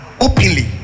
openly